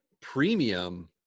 premium